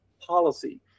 policy